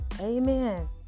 Amen